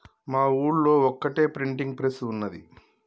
మా ఊళ్లో ఒక్కటే ప్రింటింగ్ ప్రెస్ ఉన్నది